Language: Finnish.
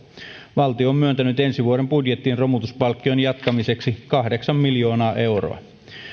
valtio on myöntänyt ensi vuoden budjettiin romutuspalkkion jatkamiseksi kahdeksan miljoonaa euroa